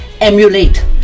emulate